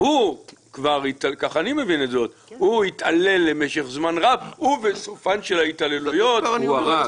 הוא כבר התעלל למשך זמן רב ובסופן של ההתעללויות הוא הרג.